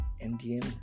Indian